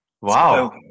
wow